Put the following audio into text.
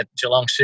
Geelong